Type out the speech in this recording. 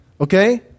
Okay